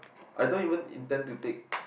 I don't even intend to take